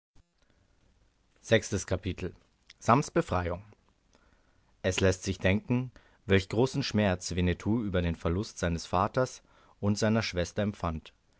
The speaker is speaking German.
befreiung es läßt sich denken welch großen schmerz winnetou über den verlust seines vaters und seiner schwester empfand